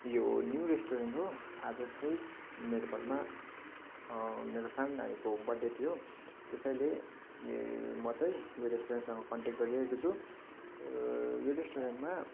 यो new restaurant हो आज चाहिँ मेरो घरमा मेरो सानो नानीको बर्थडे थियो त्यसैले म चाहिँ यो रेस्टुरेन्टसँग कनट्याक्ट गरिरहेको छु यो रेस्टुरेन्टमा